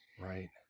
Right